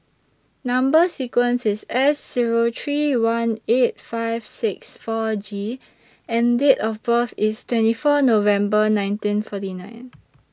Number sequence IS S Zero three one eight five six four G and Date of birth IS twenty four November nineteen forty nine